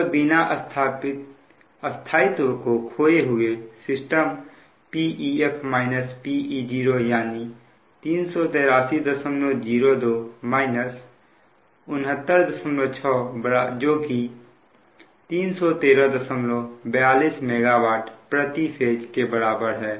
अब बिना स्थायित्व को खोए हुए सिस्टम Pef Pe0 यानी 38302 696 जोकि 31342 MWPhase के बराबर है